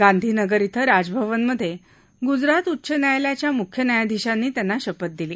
गांधीनगर इथं राजभवनमधे ग्जरात उच्च न्यायालयाच्या म्ख्य न्यायाधीशांनी त्यांना शपथ दिली